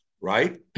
right